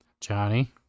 Johnny